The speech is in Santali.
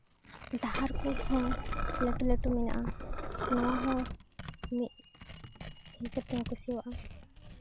ᱰᱟᱦᱟᱨ ᱠᱚᱦᱚᱸ ᱞᱟᱹᱴᱩ ᱞᱟᱹᱴᱩ ᱢᱮᱱᱟᱜᱼᱟ ᱱᱚᱣᱟ ᱦᱚᱸ ᱢᱤᱫ ᱦᱤᱥᱟᱹᱵᱽ ᱛᱤᱧ ᱠᱩᱥᱤᱭᱟᱜᱼᱟ